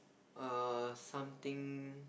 err something